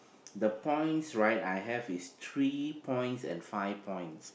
the points right I have is three points and five points